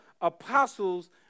apostles